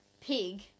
pig